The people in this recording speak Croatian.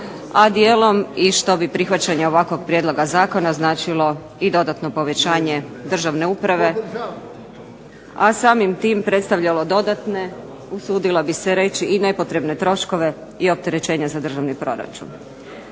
a dijelom i što bi prihvaćanje ovakvog prijedloga zakona značilo i dodatno povećanje državne uprave, a samim tim predstavljalo dodatne, usudila bih se reći i nepotrebne troškove i opterećenja za državni proračun.